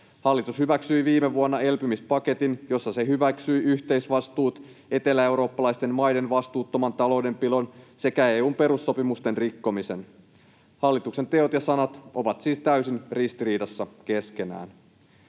Hallitus hyväksyi viime vuonna elpymispaketin, jossa se hyväksyi yhteisvastuut, eteläeurooppalaisten maiden vastuuttoman taloudenpidon sekä EU:n perussopimusten rikkomisen. Hallituksen teot ja sanat ovat siis täysin ristiriidassa keskenään.